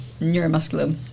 neuromuscular